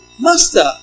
Master